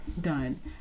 done